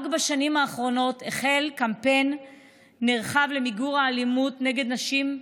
רק בשנים האחרונות החל קמפיין נרחב למיגור האלימות נגד נשים,